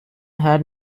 had